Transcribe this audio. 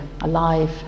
alive